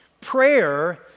Prayer